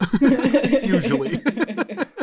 Usually